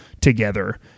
together